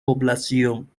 población